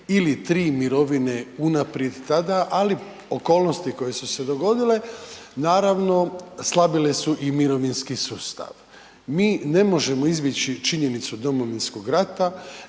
ili 3 mirovine unaprijed tada ali okolnosti koje su se dogodile, naravno slabile su i mirovinski sustav. Mi ne možemo izbjeći činjenicu Domovinskog rata,